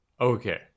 Okay